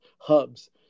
hubs